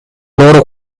loro